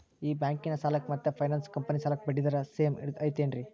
ಈ ಬ್ಯಾಂಕಿನ ಸಾಲಕ್ಕ ಮತ್ತ ಫೈನಾನ್ಸ್ ಕಂಪನಿ ಸಾಲಕ್ಕ ಬಡ್ಡಿ ದರ ಸೇಮ್ ಐತೇನ್ರೇ?